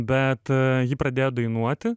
bet ji pradėjo dainuoti